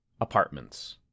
apartments